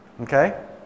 Okay